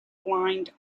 blind